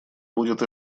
будет